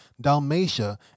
Dalmatia